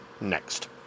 next